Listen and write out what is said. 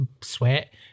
sweat